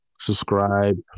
subscribe